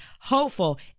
hopeful